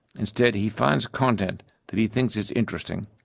instead, he finds content that he thinks is interesting,